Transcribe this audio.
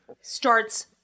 Starts